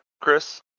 Chris